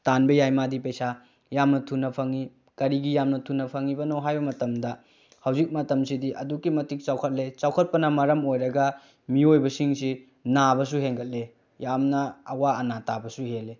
ꯇꯥꯟꯕ ꯌꯥꯏ ꯃꯥꯗꯤ ꯄꯩꯁꯥ ꯌꯥꯝꯅ ꯊꯨꯅ ꯐꯪꯏ ꯀꯔꯤꯒꯤ ꯌꯥꯝꯅ ꯊꯨꯅ ꯐꯪꯏꯕꯅꯣ ꯍꯥꯏꯕ ꯃꯇꯝꯗ ꯍꯧꯖꯤꯛ ꯃꯇꯝꯁꯤꯗꯤ ꯑꯗꯨꯛꯀꯤ ꯃꯇꯤꯛ ꯆꯥꯎꯈꯠꯂꯦ ꯆꯥꯎꯈꯠꯄꯅ ꯃꯔꯝ ꯑꯣꯏꯔꯒ ꯃꯤꯑꯣꯏꯕꯁꯤꯡꯁꯤ ꯅꯥꯕꯁꯨ ꯍꯦꯟꯒꯠꯂꯤ ꯌꯥꯜꯅ ꯑꯋꯥ ꯑꯅꯥ ꯇꯥꯕꯁꯨ ꯍꯦꯜꯂꯤ